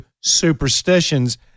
superstitions